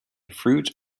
fruit